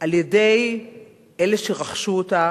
על-ידי אלה שרכשו אותן